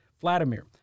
Vladimir